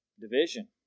Division